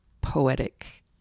poetic